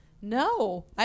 No